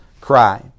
cry